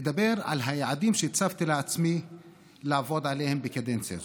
אדבר על היעדים שהצבתי לעצמי לעבוד עליהם בקדנציה הזאת.